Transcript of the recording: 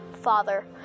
Father